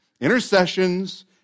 intercessions